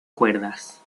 cuerdas